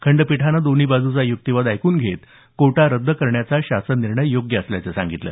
खंडपीठाने दोन्ही बाजूचा युक्तीवाद ऐकून घेत कोटा रद्द करण्याचा शासन निर्णय योग्य असल्याचं सांगितलं